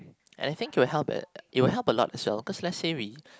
I think it will help at it will help a lot as well because let's say we